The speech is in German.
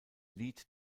lied